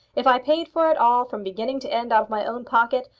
if i paid for it all from beginning to end out of my own pocket,